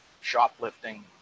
shoplifting